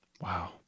Wow